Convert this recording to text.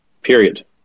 period